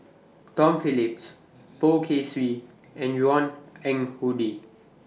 Tom Phillips Poh Kay Swee and Yvonne Ng Uhde